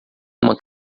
uma